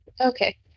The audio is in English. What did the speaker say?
Okay